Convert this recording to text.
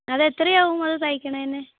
അത് എത്രയാവും അത് തൈക്കുന്നതിന്